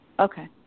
Okay